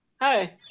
Hi